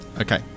Okay